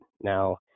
Now